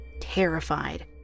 terrified